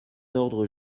d’ordre